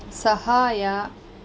ಸಹಾಯ